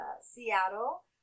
Seattle